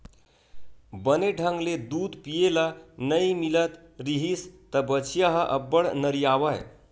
बने ढंग ले दूद पिए ल नइ मिलत रिहिस त बछिया ह अब्बड़ नरियावय